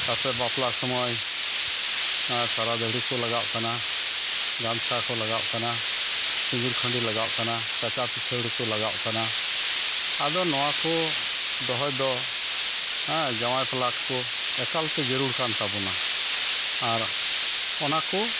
ᱛᱟᱯᱚᱨᱮ ᱵᱟᱯᱞᱟ ᱥᱚᱢᱚᱭ ᱥᱟᱞᱟᱫᱟᱹᱲᱦᱤᱠᱚ ᱞᱟᱜᱟᱣᱚᱜ ᱠᱟᱱᱟ ᱜᱟᱢᱪᱷᱟᱠᱚ ᱞᱟᱜᱟᱣᱚᱜ ᱠᱟᱱᱟ ᱥᱤᱸᱫᱩᱨᱠᱷᱟᱺᱰᱤ ᱞᱟᱜᱟᱣᱚᱜ ᱠᱟᱱᱟ ᱠᱟᱪᱟ ᱯᱤᱪᱷᱟᱹᱲᱤᱠᱚ ᱞᱟᱜᱟᱣᱚᱜ ᱠᱟᱱᱟ ᱟᱫᱚ ᱱᱚᱣᱟᱠᱚ ᱫᱚᱦᱚᱭᱫᱚ ᱡᱟᱶᱟᱭ ᱯᱟᱞᱟᱴᱠᱚ ᱮᱠᱟᱞᱛᱮ ᱡᱟᱹᱨᱩᱲᱠᱟᱱ ᱛᱟᱵᱚᱱᱟ ᱟᱨ ᱚᱱᱟᱠᱚ